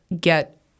get